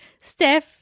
Steph